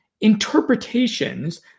interpretations